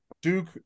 Duke